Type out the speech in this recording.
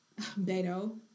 Beto